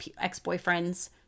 ex-boyfriends